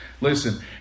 listen